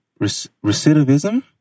recidivism